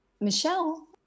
Michelle